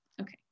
Okay